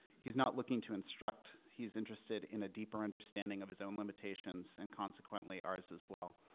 he's not looking to instruct he's interested in a deeper understanding of his own limitations and consequently ours as well.